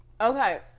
Okay